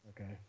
Okay